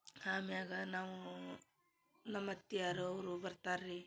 ಆಮ್ಯಾಗ ನಾವು ನಮ್ಮ ಅತ್ತಿಯವರು ಅವರು ಬರ್ತಾರ ರೀ